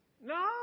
No